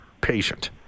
patient